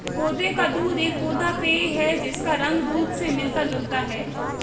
पौधे का दूध एक पौधा पेय है जिसका रंग दूध से मिलता जुलता है